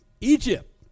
Egypt